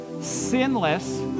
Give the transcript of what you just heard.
sinless